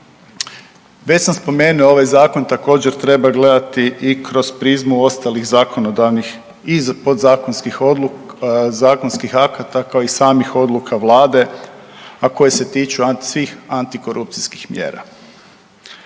već sam spomenuo ovaj zakon također treba gledati i kroz prizmu ostalih zakonodavnih i podzakonskih akata kao i samih odluka Vlade, a koje se tiču svih antikorupcijskih mjera.